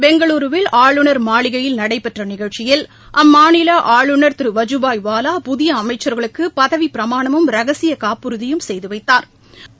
பெங்களூருவில் ஆளுநர் மாளிகையில் நடைபெற்றநிகழ்ச்சியில் அம்மாநிலஆளுநர் திரு வஜுபாய்வாலா புதியஅமைச்சா்கள்ககுபதவிப்பிரமாணமும் ரகசியகாப்புறதியும் செய்துவைத்தாா்